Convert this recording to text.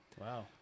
wow